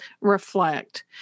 reflect